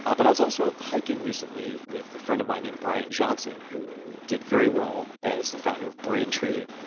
um but i was also hiking recently with a friend of mine named bryan johnson, who did very well as the founder of braintree.